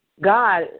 God